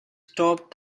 stop